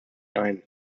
ein